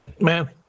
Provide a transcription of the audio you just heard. Man